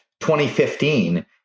2015